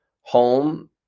home